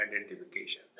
identification